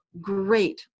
great